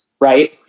right